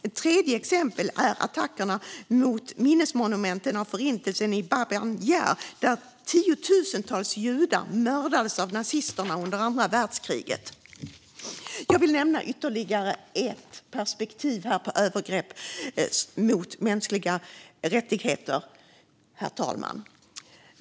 Ett tredje exempel är attackerna mot minnesmonumenten över Förintelsen i Babij Jar, där tiotusentals judar mördades av nazisterna under andra världskriget. Jag vill nämna ytterligare ett perspektiv när det gäller övergrepp mot mänskliga rättigheter, herr talman.